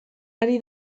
ari